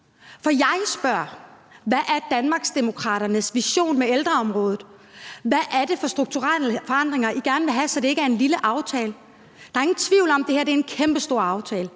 for jeg spørger: Hvad er Danmarksdemokraternes vision for ældreområdet? Hvad er det for strukturelle forandringer, I gerne vil have, så det ikke er en lille aftale? Der er ingen tvivl om, at det her er en kæmpestor aftale,